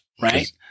right